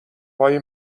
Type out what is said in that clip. های